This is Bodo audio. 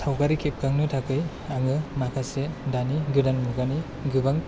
सावगारि खेबखांनो थाखाय आङो माखासे दानि गोदान मुगानि गोबां